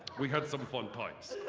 we had some fun times.